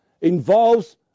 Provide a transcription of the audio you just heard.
involves